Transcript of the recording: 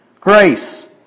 Grace